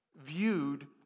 viewed